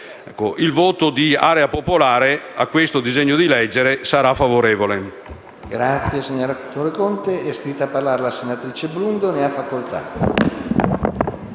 Il voto di Area Popolare a questo disegno di legge sarà favorevole.